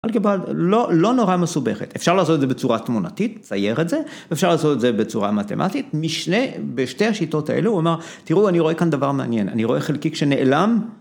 אלגברה, לא נורא מסובכת, אפשר לעשות את זה בצורה תמונתית, צייר את זה, אפשר לעשות את זה בצורה מתמטית, בשתי השיטות האלה הוא אמר, תראו אני רואה כאן דבר מעניין, אני רואה חלקיק שנעלם.